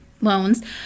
loans